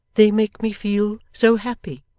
they make me feel so happy